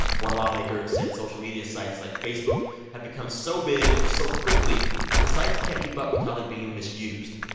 one lawmaker said social media sites like facebook have become so big so quickly the sites can't keep up with how they're being misused.